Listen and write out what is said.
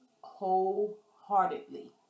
wholeheartedly